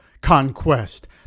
conquest